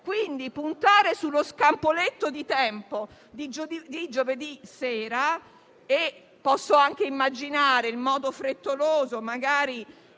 può puntare sullo scampoletto di tempo di giovedì sera. Posso anche immaginare il modo frettoloso in